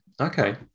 okay